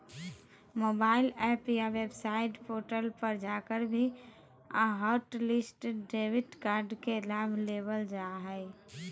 mobile app या website portal पर जाकर भी हॉटलिस्ट डेबिट कार्ड के लाभ लेबल जा हय